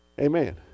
Amen